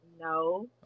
No